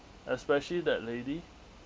especially that lady